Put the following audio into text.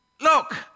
look